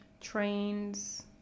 trains